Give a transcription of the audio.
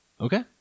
Okay